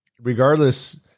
regardless